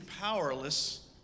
powerless